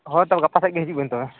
ᱦᱳᱭ ᱛᱚ ᱜᱟᱯᱟ ᱥᱮᱫ ᱜᱮ ᱦᱤᱡᱩᱜᱵᱤᱱ ᱛᱚᱵᱮ